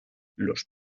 los